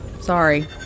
sorry